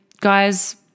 guys